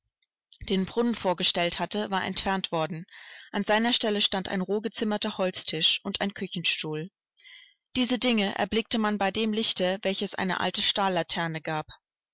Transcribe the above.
den brunnen vorgestellt hatte war entfernt worden an seiner stelle stand ein roh gezimmerter holztisch und ein küchenstuhl diese dinge erblickte man bei dem lichte welches eine alte stalllaterne gab